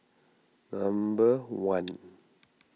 number one